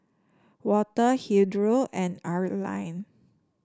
Walter Hildur and Arline